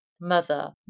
mother